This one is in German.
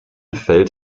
feld